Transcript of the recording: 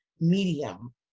medium